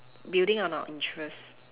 building on our interests